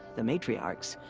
the matriarchs.